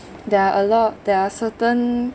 there are a lot there are certain